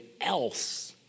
else